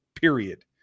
period